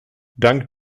dank